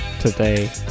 today